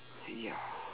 ya